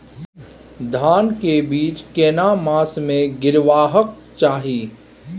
धान के बीज केना मास में गीरावक चाही?